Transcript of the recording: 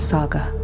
Saga